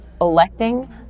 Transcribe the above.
electing